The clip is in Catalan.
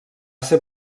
ser